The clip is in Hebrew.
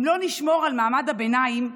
אם לא נשמור על מעמד הביניים,